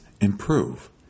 improve